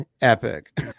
epic